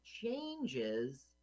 changes